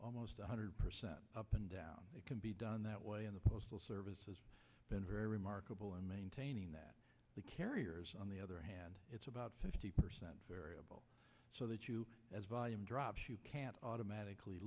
almost one hundred percent up and down it can be done that way in the postal service has been very remarkable in maintaining that the carriers on the other hand it's about fifty percent variable so that you as volume drops you can't automatically